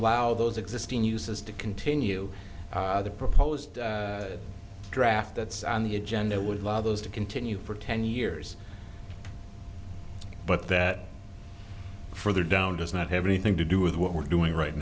allow those existing uses to continue the proposed draft that's on the agenda would allow those to continue for ten years but that for their down does not have anything to do with what we're doing right